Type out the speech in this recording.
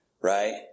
Right